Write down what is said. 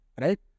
right